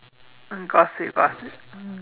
mm gossip mm